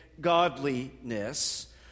godliness